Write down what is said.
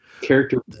character